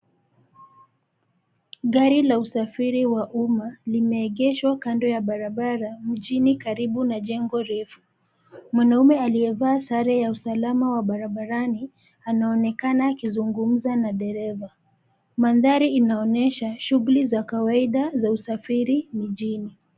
Gari la usafiri wa uma limeegeshwa kando ya barabara mjini karibu na jengo refu. Mwanaume aliyevaa sare ya usalama barabarani anaonekana kuzungumza na dereva. Mandhari inaonyesha shughuli za kwaida za usafiri mijini.